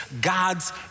God's